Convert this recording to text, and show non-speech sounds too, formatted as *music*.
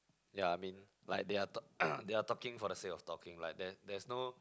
ya I mean like they are talk *coughs* they are talking for the sake of talking like there there is no